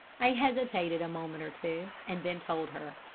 i hesitated a moment or two and then told her.